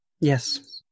Yes